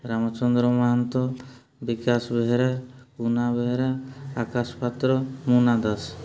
Ramachandra Mahanta Bikash Behera Puna Behera Akash Patra Mona Das